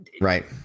Right